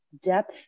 depth